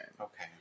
Okay